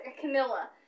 Camilla